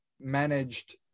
managed